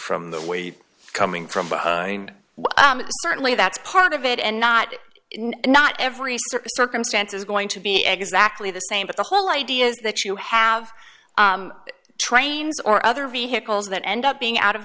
from the weight coming from but certainly that's part of it and not not every circumstance is going to be exactly the same but the whole idea is that you have trains or other vehicles that end up being out of